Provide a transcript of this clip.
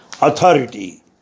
authority